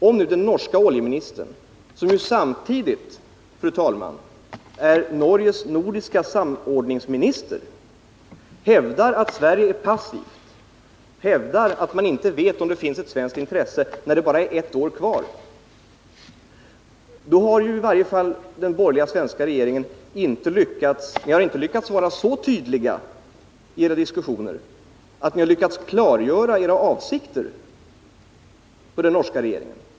Om nu den norske oljeministern, som ju samtidigt är Norges nordiske samordningsminister, hävdar att Sverige är passivt och att man inte vet om det finns ett svenskt intresse när det bara är ett år kvar, så kan ni ju i den borgerliga svenska regeringen inte ha varit så tydliga i diskussionerna att ni har lyckats klargöra era avsikter för den norska regeringen.